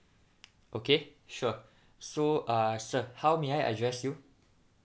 okay sure so uh sir how may I address you